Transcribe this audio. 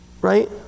Right